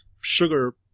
sugar